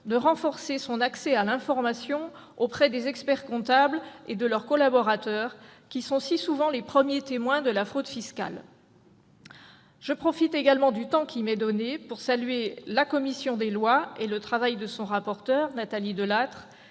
à renforcer son accès à l'information auprès des experts-comptables et de leurs collaborateurs, qui sont si souvent les premiers témoins de la fraude fiscale. Je profite également du temps qu'il m'est donné pour saluer la commission des lois et le travail de son rapporteur, Nathalie Delattre,